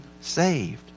saved